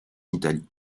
italie